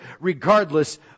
regardless